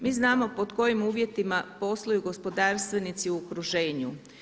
Mi znamo pod kojim uvjetima posluju gospodarstvenici u okruženju.